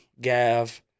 Gav